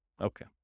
Okay